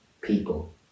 people